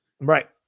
Right